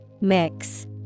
mix